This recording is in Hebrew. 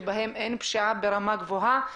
בהם אין פשיעה ברמה גבוהה.